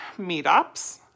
meetups